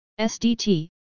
SDT